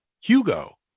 Hugo